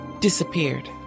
disappeared